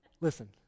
Listen